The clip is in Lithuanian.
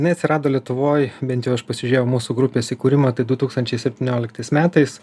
jinai atsirado lietuvoj bent jau aš pasižiūrėjau mūsų grupės įkūrimą tai du tūkstančiai septynioliktais metais